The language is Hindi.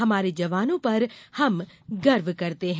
हमारे जवानों पर हम गर्व करते है